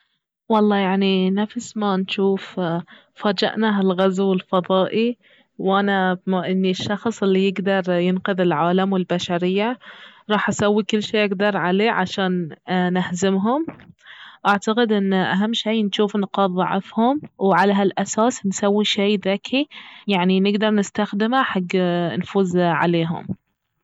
والله يعني نفس ما نجوف فاجأنا هالغزو الفضائي وانا بما اني الشخص الي يقدر ينقذ العالم والبشرية راح اسوي كل شي اقدر عليه عشان نهزمهم اعتقد انه اهم شي نجوف نقاط ضعفهم وعلى هالاساس نسوي شي ذكي يعني نقدر نستخدمه حق نفوز عليهم